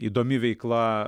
įdomi veikla